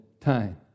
time